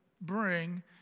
bring